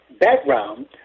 background